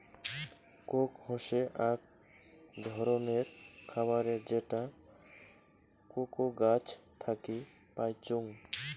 Coke হসে আক ধররনের খাবার যেটা কোকো গাছ থাকি পাইচুঙ